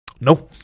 No